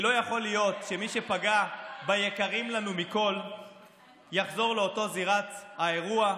כי לא יכול להיות שמי שפגע ביקרים לנו מכול יחזור לאותה זירת האירוע.